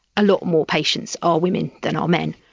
a lot more patients are women than are men,